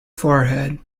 forehead